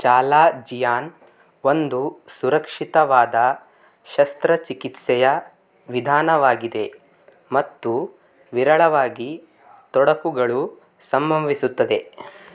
chalazion ಒಂದು ಸುರಕ್ಷಿತವಾದ ಶಸ್ತ್ರ ಚಿಕಿತ್ಸೆಯ ವಿಧಾನವಾಗಿದೆ ಮತ್ತು ವಿರಳವಾಗಿ ತೊಡಕುಗಳು ಸಂಭವಿಸುತ್ತದೆ